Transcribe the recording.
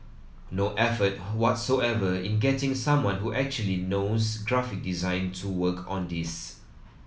no effort who whatsoever in getting someone who actually knows graphic design to work on this